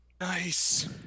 nice